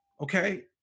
okay